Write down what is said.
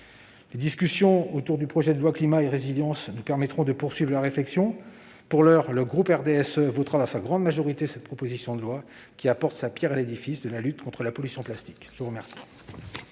Les discussions autour du projet de loi Climat et résilience nous permettront de poursuivre la réflexion. Pour l'heure, le groupe du RDSE votera dans sa grande majorité cette proposition de loi, qui apporte sa pierre à l'édifice de la lutte contre la pollution plastique. La parole